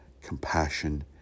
compassion